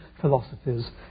philosophies